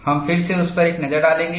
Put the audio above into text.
हम फिर से उस पर एक नजर डालेंगे